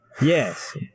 Yes